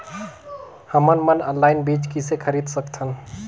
हमन मन ऑनलाइन बीज किसे खरीद सकथन?